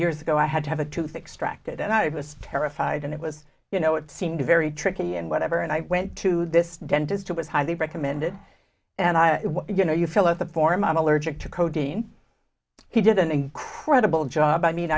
years ago i had to have a tooth extracted and i was terrified and it was you know it seemed very tricky and whatever and i went to this dentist who was highly recommended and i you know you fill out the form i'm allergic to coding he did an incredible job i mean